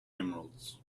emeralds